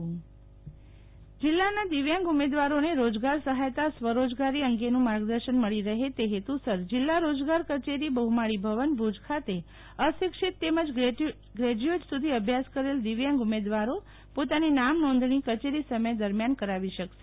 શિતલ વૈશ્નવ દિવ્યાંગ રોજગાર સહાયતા જિલ્લાના દિવ્યાંગ ઉમેદવારોને રોજગાર સહાયતા સ્વરોજગારી અંગેના માર્ગદર્શન મળી રહે તે હેતુસર જિલ્લા રોજગાર કચેરી બહુમાળીભવન ભુજ ખાતે અશિક્ષિત તેમજ ગ્રેજયુએટ સુધી અભ્યાસ કરેલ દિવ્યાંગ ઉમેદવારો પોતાની નામ નોંધણી કચેરી સમય દરમ્યાન કરાવી શકાશે